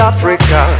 Africa